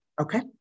okay